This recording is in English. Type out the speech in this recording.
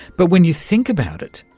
but when you think about it,